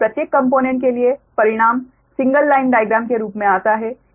प्रत्येक कॉम्पोनेंट के लिए परिणाम सिंगल लाइन डायग्राम के रूप मे आता है